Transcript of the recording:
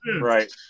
Right